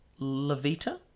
Levita